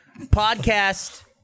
podcast